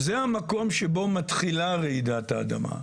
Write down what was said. זה המקום שבו מתחילה רעידת האדמה,